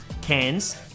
cans